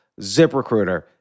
ZipRecruiter